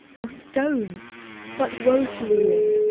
or stone but woe to ruin,